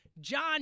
John